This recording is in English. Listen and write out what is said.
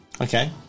Okay